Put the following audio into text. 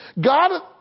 God